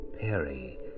Perry